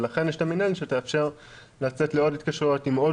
לכן יש את המינהלת שתאפשר לצאת לעוד התקשרויות עם עוד